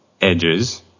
edges